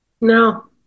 no